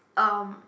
um